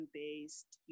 based